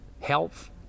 health